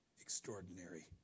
extraordinary